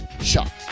shot